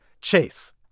Chase